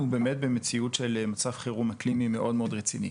באמת במציאות של מצב חירום אקלימי מאוד רציני.